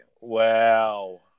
Wow